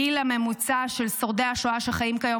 הגיל הממוצע של שורדי השואה שחיים כיום